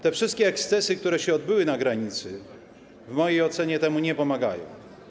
Te wszystkie ekscesy, które miały miejsce na granicy, w mojej ocenie temu nie pomagają.